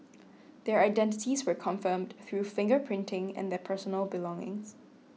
their identities were confirmed through finger printing and their personal belongings